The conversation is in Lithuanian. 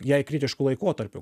jai kritišku laikotarpiu